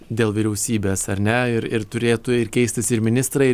dėl vyriausybės ar ne ir ir turėtų ir keistis ir ministrai ir